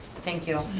thank you.